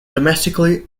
domestically